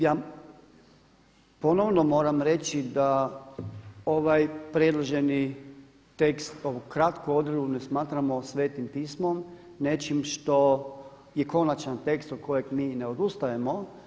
Ja ponovo moram reći da ovaj predloženi tekst ovu kratku odredbu ne smatramo Svetim Pismom, nečim što je konačni tekst od kojeg mi ne odustajemo.